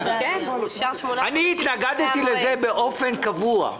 אני התנגדתי לזה באופן קבוע.